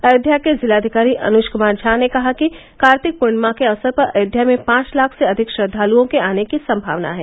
अयोध्या के जिलाधिकारी अनुज कुमार झा ने कहा कि कार्तिक पूर्णिमाँ के अवसर पर अयोध्या में पांच लाख से अधिक श्रद्वालुओं के आने की संभावना है